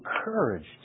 encouraged